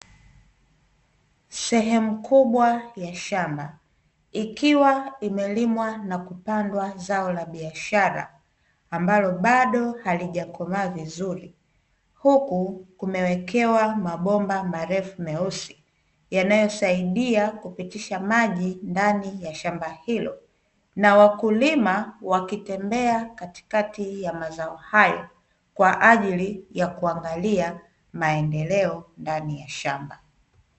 Sehemu kubwa ya shamba ikiwa imelimwa na kupandwa zao la biashara ambalo bado halijakomaa vizuri, huku kumewekewa mabomba marefu meusi yanayosaidia kupitisha maji ndani ya shamba hilo, na wakulima wakitembea katikati ya mazao hayo kwa ajili ya kuangalia maendeleo ndani ya shamba.